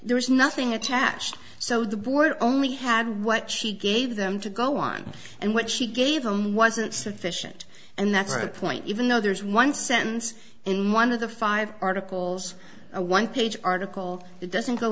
there is nothing attached so the border only had what she gave them to go on and what she gave them wasn't sufficient and that's my point even though there's one sentence in one of the five articles a one page article that doesn't go